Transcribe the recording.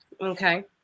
Okay